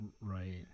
Right